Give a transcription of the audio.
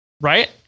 Right